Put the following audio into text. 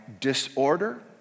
disorder